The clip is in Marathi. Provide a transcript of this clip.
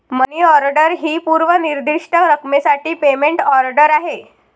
मनी ऑर्डर ही पूर्व निर्दिष्ट रकमेसाठी पेमेंट ऑर्डर आहे